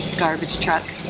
garbage truck.